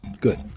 Good